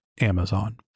Amazon